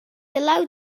allowed